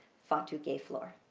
fatu gayflor